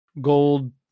gold